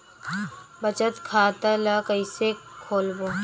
बचत खता ल कइसे खोलबों?